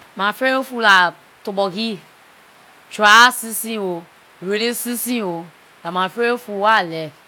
My favorite food dah tuborgee- dry season ooo, raining season ooo, dah my favorite food wah I like.